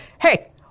hey